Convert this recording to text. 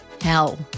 hell